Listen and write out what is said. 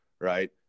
right